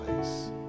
place